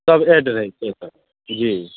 सब एड रहै छै जी